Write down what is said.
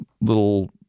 little